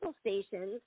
stations